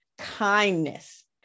kindness